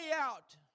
out